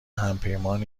همپیمان